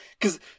cause